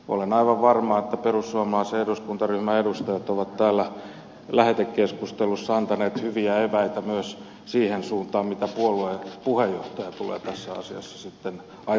olen aivan varma että perussuomalaisen eduskuntaryhmän edustajat ovat täällä lähetekeskustelussa antaneet hyviä eväitä myös siihen suuntaan miten puolueen puheenjohtaja tulee tässä asennossa tämä on